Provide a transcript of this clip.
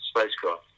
spacecraft